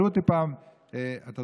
אדוני היושב-ראש,